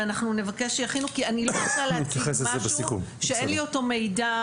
ואנחנו נבקש שיכינו כי אני לא רוצה להגיד משהו שאין לי אותו מידע,